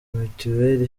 mitiweli